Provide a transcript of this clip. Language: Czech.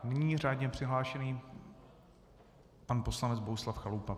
Nyní je řádně přihlášen pan poslanec Bohuslav Chalupa.